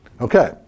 Okay